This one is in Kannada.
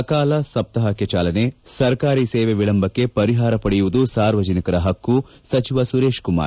ಸಕಾಲ ಸಪ್ತಾಹಕ್ಕೆ ಚಾಲನೆ ಸರ್ಕಾರಿ ಸೇವೆ ವಿಳಂಬಕ್ಕೆ ಪರಿಹಾರ ಪಡೆಯುವುದು ಸಾರ್ವಜನಿಕರ ಹಕ್ಕು ಸಚಿವ ಸುರೇಶಕುಮಾರ್